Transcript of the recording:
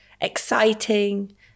exciting